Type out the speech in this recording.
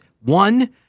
one